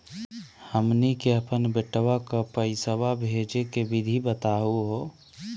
हमनी के अपन बेटवा क पैसवा भेजै के विधि बताहु हो?